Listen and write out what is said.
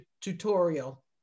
tutorial